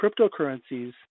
cryptocurrencies